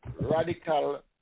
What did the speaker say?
radical